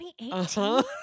2018